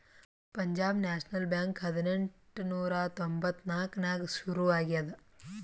Punjab National Bank ಹದಿನೆಂಟ್ ನೂರಾ ತೊಂಬತ್ತ್ ನಾಕ್ನಾಗ್ ಸುರು ಆಗ್ಯಾದ